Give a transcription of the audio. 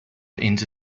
into